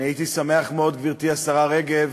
אני הייתי שמח מאוד, גברתי השרה רגב,